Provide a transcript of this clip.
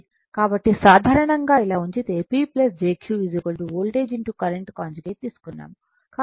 కాబట్టి సాధారణంగా ఇలా ఉంచితే P jQ voltage current conjugate తీసుకున్నాము